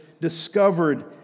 discovered